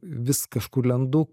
vis kažkur lendu